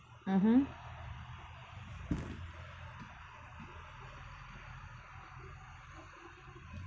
mmhmm